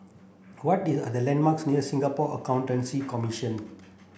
what is the are the landmarks near Singapore Accountancy Commission